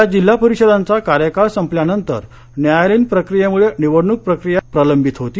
या जिल्हा परिषदांचा कार्यकाळ संपल्यानंतर न्यायालयीन प्रक्रियेमुळे निवडणूक प्रक्रिया प्रलंबित होती